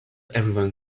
everyone